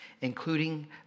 including